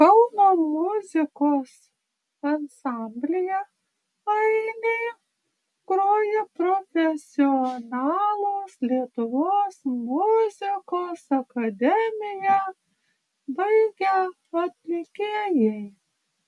kauno muzikos ansamblyje ainiai groja profesionalūs lietuvos muzikos akademiją baigę atlikėjai